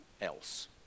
else